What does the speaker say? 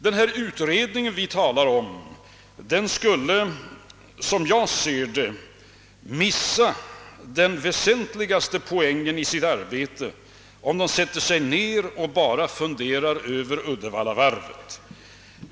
Den utredning vi talar om skulle missa den väsentliga poängen i sitt arbete, om man sätter sig ner och bara funderar över Uddevallavarvet.